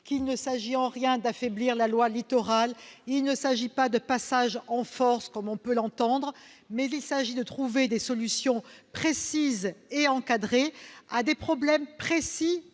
qu'il ne s'agit ni d'affaiblir la loi Littoral ni d'un passage en force comme on peut l'entendre, mais qu'il s'agit simplement de trouver des solutions précises et encadrées à des problèmes précis